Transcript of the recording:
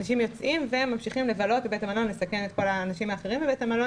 אנשים יוצאים וממשיכים לבלות ועלולים לסכן את האנשים האחרים בבית המלון